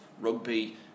rugby